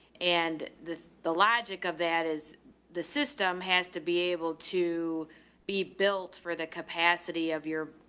and the, the logic of that is the system has to be able to be built for the capacity of your,